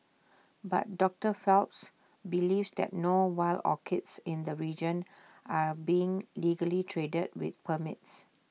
but doctor Phelps believes that no wild orchids in the region are being legally traded with permits